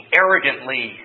arrogantly